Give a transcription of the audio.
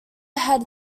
had